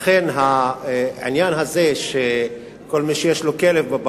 ולכן כל מי שיש לו כלב,